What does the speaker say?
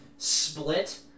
Split